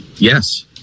Yes